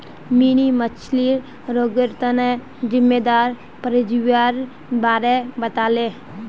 mini मछ्लीर रोगेर तना जिम्मेदार परजीवीर बारे बताले